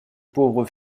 pauvres